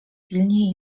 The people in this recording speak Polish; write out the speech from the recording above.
pilnie